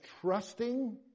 trusting